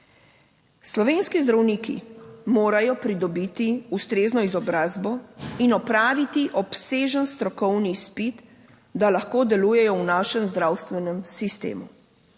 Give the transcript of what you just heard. Slovenski zdravniki morajo pridobiti ustrezno izobrazbo in opraviti obsežen strokovni izpit, da lahko delujejo v našem zdravstvenem sistemu.